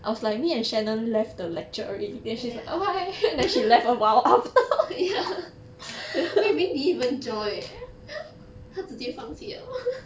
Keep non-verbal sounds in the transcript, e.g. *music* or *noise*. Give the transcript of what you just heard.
oh ya *laughs* oh ya *laughs* wei ming didn't even join eh 他直接放弃了 *laughs*